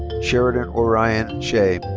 sheridan orion shea.